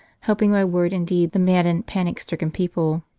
helping by word and deed the maddened, panic-stricken people.